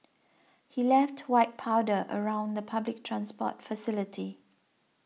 he left white powder around the public transport facility